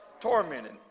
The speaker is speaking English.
tormented